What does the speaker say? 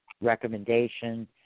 recommendation